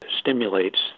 stimulates